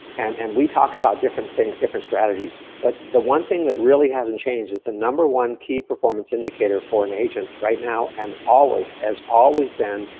and and we talk about different things, different strategies, but one thing that really hasn't changed, is the number one key performance indicator, for an agent right now and always, has always been,